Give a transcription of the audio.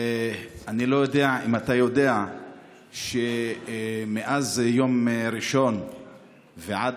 אני לא יודע אם אתה יודע שמאז יום ראשון ועד